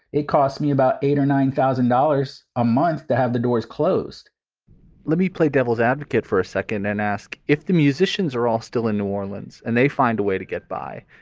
it costs me about eight or nine thousand dollars a month to have the doors closed let me play devil's advocate for a second and ask if the musicians are all still in new orleans and they find a way to get by,